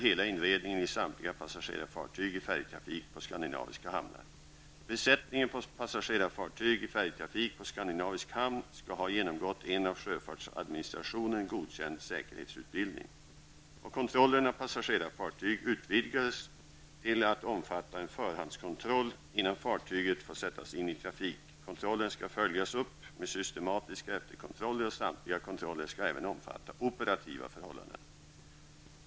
Kontrollen av passagerarfartyg utvidgas till att omfatta en förhandskontroll innan fartyget får sättas in i trafik; kontrollen skall följas upp med systematiska efterkontroller, och samtliga kontroller skall även omfatta operativa förhållanden.